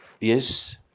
yes